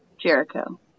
Jericho